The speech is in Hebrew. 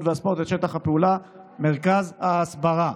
והספורט את שטח הפעולה: מרכז ההסברה.